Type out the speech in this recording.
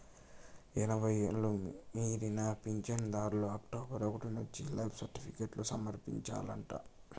ఎనభై ఎండ్లు మీరిన పించనుదార్లు అక్టోబరు ఒకటి నుంచి లైఫ్ సర్టిఫికేట్లు సమర్పించాలంట